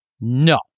No